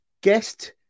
guest